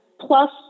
plus